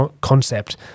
concept